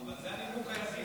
זה הנימוק היחיד.